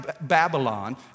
Babylon